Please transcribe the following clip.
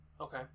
okay